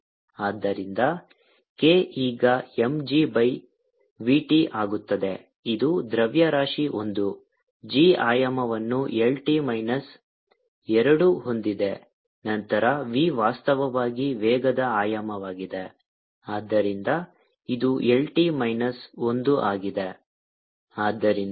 ಆದ್ದರಿಂದ k ಈಗ m g by v t ಆಗುತ್ತದೆ ಇದು ದ್ರವ್ಯರಾಶಿ ಒಂದು g ಆಯಾಮವನ್ನು L T ಮೈನಸ್ ಎರಡು ಹೊಂದಿದೆ ನಂತರ v ವಾಸ್ತವವಾಗಿ ವೇಗದ ಆಯಾಮವಾಗಿದೆ ಆದ್ದರಿಂದ ಇದು L T ಮೈನಸ್ ಒಂದು ಆಗಿದೆ